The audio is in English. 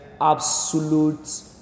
absolute